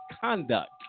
conduct